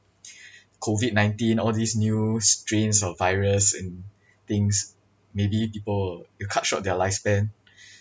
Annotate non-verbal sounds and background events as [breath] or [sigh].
[breath] COVID nineteen all these new strains of virus and things maybe people will cut short their lifespan